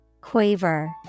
Quaver